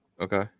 Okay